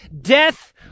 death